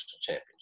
championship